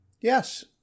yes